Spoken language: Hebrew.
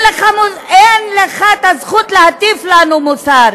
אין לך זכות להטיף לנו מוסר.